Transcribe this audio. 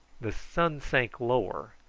the sun sank lower,